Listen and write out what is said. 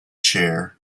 chair